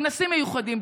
כנסים מיוחדים,